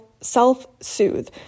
self-soothe